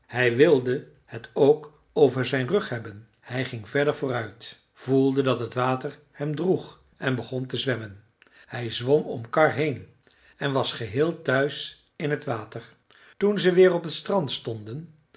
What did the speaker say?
hij wilde het ook over den rug hebben hij ging verder vooruit voelde dat het water hem droeg en begon te zwemmen hij zwom om karr heen en was geheel thuis in het water toen ze weer op het strand stonden